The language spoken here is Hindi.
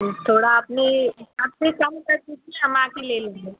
थोड़ा अपने हिसाब से कम कर दीजिए हम आ कर ले लेंगे